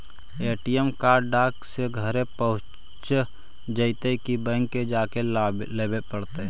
ATM card डाक से घरे पहुँच जईतै कि बैंक में जाके लाबे पड़तै?